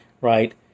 right